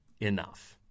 enough